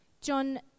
John